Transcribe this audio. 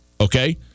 Okay